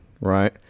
right